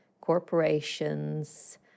corporations